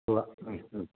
ഉവ്വ് മ്മ് മ്മ്